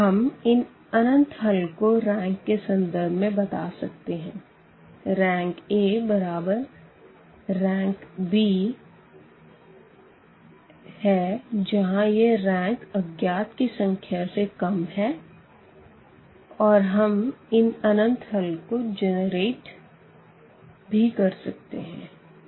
हम इन अनंत हल को रैंक के सन्दर्भ में बता सकते है RankA बराबर है Rankbके जहाँ यह रैंक अज्ञात की संख्या से कम है और हम इन अनंत हल को जनरेट भी कर सकते है